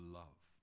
love